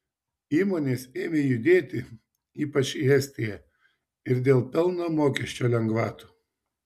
įmonės ėmė judėti ypač į estiją ir dėl pelno mokesčio lengvatų